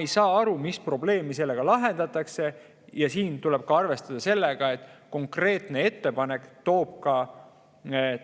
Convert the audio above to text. ei saa aru, mis probleemi sellega lahendatakse. Siin tuleb arvestada ka sellega, et konkreetne ettepanek toob ka